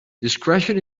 discretion